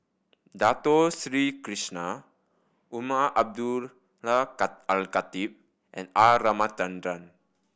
Dato Sri Krishna Umar Abdullah Al Khatib and R Ramachandran